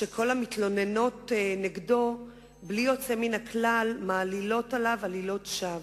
שכל המתלוננות נגדו בלי יוצא מהכלל מעלילות עליו עלילות שווא.